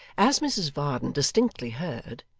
as mrs varden distinctly heard,